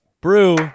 Brew